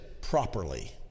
properly